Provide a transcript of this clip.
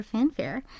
Fanfare